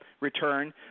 return